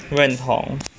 认同